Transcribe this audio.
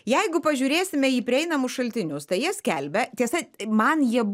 jeigu pažiūrėsime į prieinamus šaltinius tai jie skelbia tiesa man jie